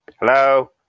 Hello